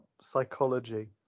psychology